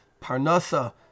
parnasa